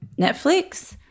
Netflix